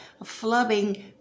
flubbing